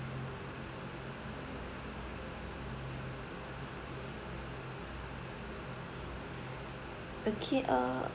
okay uh